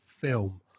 film